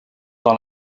dans